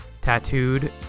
tattooed